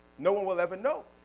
no one will ever know.